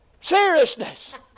seriousness